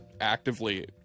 actively